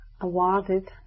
awarded